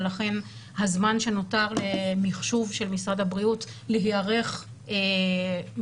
ולכן הזמן שנותר למחשבו של משרד הבריאות להיערך מבחינת